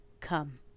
come